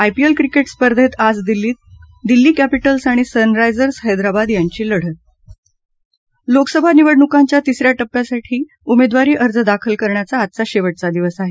IPL cricket स्पर्धेत आज दिल्लीत दिल्ली कॅपिटल्स आणि सनरायजर्स हैद्राबाद यांची लढत लोकसभा निवडणुकांच्या तिस या टप्प्यासाठी उमेदवारी अर्ज दाखल करण्याचा आजचा शेवटचा दिवस आहे